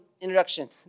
introduction